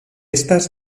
estas